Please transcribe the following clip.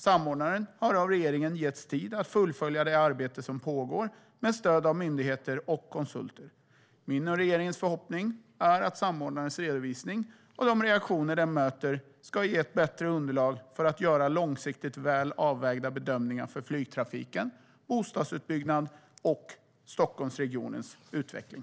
Samordnaren har av regeringen getts tid att fullfölja det arbete som pågår med stöd av myndigheter och konsulter. Min och regeringens förhoppning är att samordnarens redovisning och de reaktioner den möter ska ge ett bättre underlag för att göra långsiktigt väl avvägda bedömningar för flygtrafiken, bostadsutbyggnad och Stockholmsregionens utveckling.